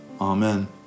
Amen